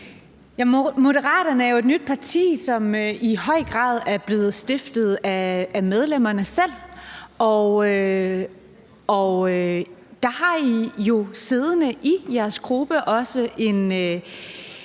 Moderaterne er jo et nyt parti, som i høj grad er blevet stiftet af medlemmerne selv, og der har I jo i jeres gruppe også en